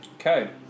Okay